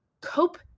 cope